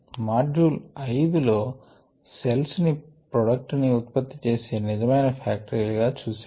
module 5 లో cells ని product ని ఉత్పత్తి చేసే నిజమైన ఫ్యాక్టరీ లు గా చూశాము